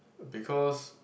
because